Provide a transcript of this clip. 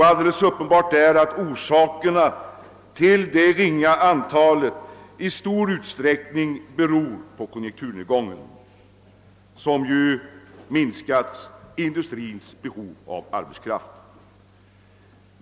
Alldeles uppenbart är att orsakerna till det ringa antalet i stor utsträckning är att söka i konjunkturnedgången, som ju minskat industrins behov av arbetskraft.